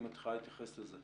אם את יכולה להתייחס לזה.